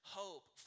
hope